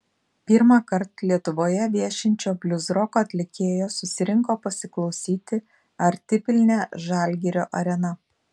pirmąkart lietuvoje viešinčio bliuzroko atlikėjo susirinko pasiklausyti artipilnė žalgirio arena